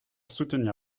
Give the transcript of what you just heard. soutenir